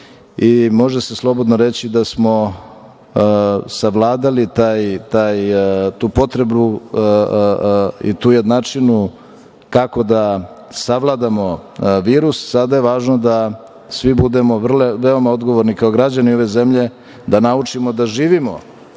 i može se slobodno reći da smo savladali tu jednačinu kako da savladamo virus. Sada je važno da svi budemo veoma odgovorni kao građani ove zemlje, da naučimo da živimo